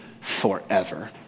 forever